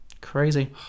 crazy